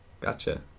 Gotcha